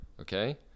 okay